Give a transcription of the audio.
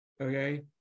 okay